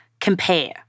compare